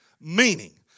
meaning